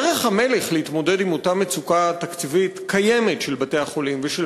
דרך המלך להתמודד עם אותה מצוקה תקציבית קיימת של בתי-החולים ושל